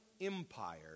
empire